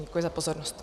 Děkuji za pozornost.